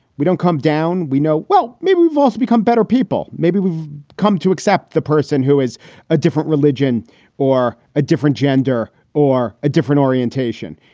we don't come down. we know well. what's become better people? maybe we've come to accept the person who is a different religion or a different gender or a different orientation.